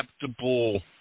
acceptable